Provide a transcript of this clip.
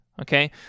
okay